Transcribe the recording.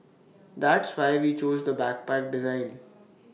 that's why we chose the backpack design